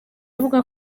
avuga